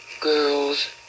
girls